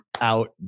out